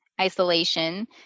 isolation